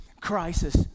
crisis